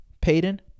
Peyton